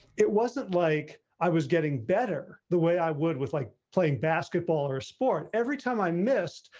it wasn't like i was getting better. the way i would was like playing basketball or sport, every time i missed,